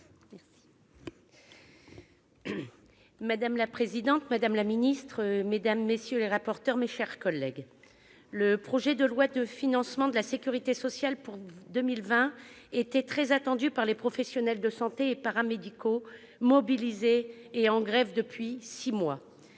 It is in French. Madame la présidente, madame la ministre, mes chers collègues, le projet de loi de financement de la sécurité sociale pour 2020 était très attendu par les professionnels de santé et paramédicaux mobilisés et en grève depuis six mois.